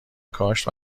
کاشت